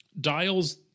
dials